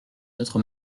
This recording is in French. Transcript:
notre